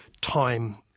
time